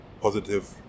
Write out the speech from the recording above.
positive